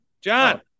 John